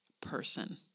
person